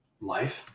life